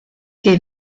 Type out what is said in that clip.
que